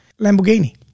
Lamborghini